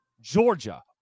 Georgia